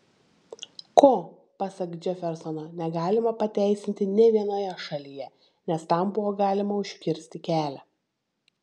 ko pasak džefersono negalima pateisinti nė vienoje šalyje nes tam buvo galima užkirsti kelią